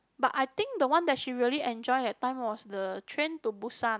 but I think the one that she really enjoy that time was the train to Busan